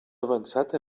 avançat